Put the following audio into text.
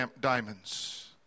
diamonds